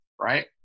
right